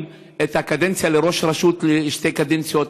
את הכהונה של ראש רשות לשתי קדנציות.